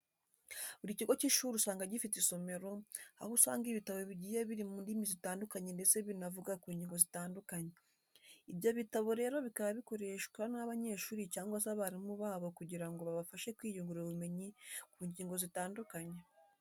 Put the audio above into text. Buri kigo cy’ishuri usanga gifite isomero, aho usanga ibitabo bigiye biri mu ndimi zitandukanye ndetse binavuga ku ngingo zitandukanye. Ibyo bitabo rero bikaba bikoreshwa n’abanyeshuri cyangwa se abarimu babo kugira ngo bibafashe kwiyungura ubumenyi ku ngingo zitandukanye.